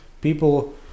people